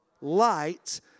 light